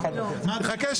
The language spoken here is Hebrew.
חבר הכנסת מלכיאלי, נכנסת הרגע.